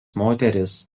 moterys